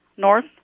North